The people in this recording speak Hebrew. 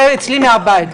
זה אצלי מהבית,